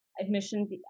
admission